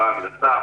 המשטרה מנסה,